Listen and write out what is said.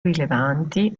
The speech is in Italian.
rilevanti